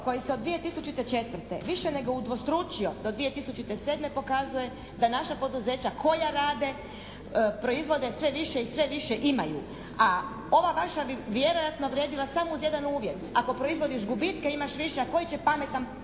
koji se od 2004. više nego udvostručio do 2007. pokazuje da naša poduzeća koja rade proizvode sve više i sve više imaju, a ova vaša bi vjerojatno vrijedila samo uz jedan uvjet ako proizvodiš gubitke imaš više, a koji će pametan